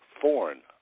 foreign